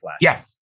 Yes